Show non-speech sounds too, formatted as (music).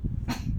(noise)